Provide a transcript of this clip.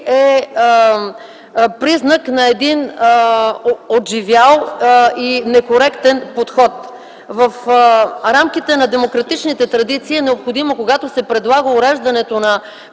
е признак на един отживял и некоректен подход. В рамките на демократичните традиции е необходимо, когато се предлага уреждането на